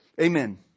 amen